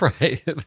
Right